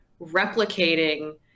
replicating